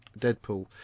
Deadpool